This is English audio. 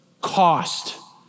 cost